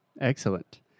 Excellent